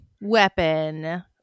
Weapon